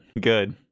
Good